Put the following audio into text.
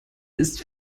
ist